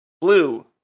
Blue